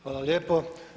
Hvala lijepo.